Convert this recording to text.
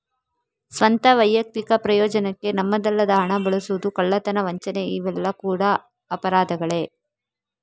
ಸ್ವಂತ, ವೈಯಕ್ತಿಕ ಪ್ರಯೋಜನಕ್ಕೆ ನಮ್ಮದಲ್ಲದ ಹಣ ಬಳಸುದು, ಕಳ್ಳತನ, ವಂಚನೆ ಇವೆಲ್ಲ ಕೂಡಾ ಅಪರಾಧಗಳೇ